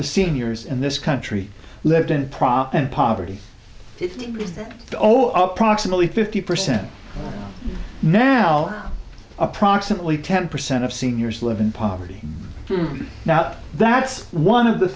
the seniors in this country lived in profit and poverty oh uh approximately fifty percent now approximately ten percent of seniors live in poverty now that's one of the